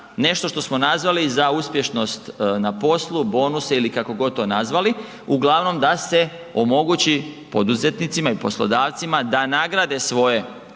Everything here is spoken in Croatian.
nešto što smo nazvali za uspješnost na poslu, bonuse ili kako god to nazvali, uglavnom da se omogući poduzetnicima i poslodavcima da nagrade svoje